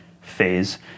phase